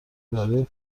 برای